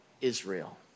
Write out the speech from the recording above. Israel